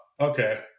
okay